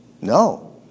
No